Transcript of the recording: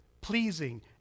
pleasing